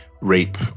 rape